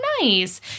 nice